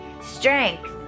strength